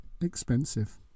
expensive